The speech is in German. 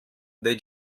der